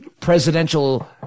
presidential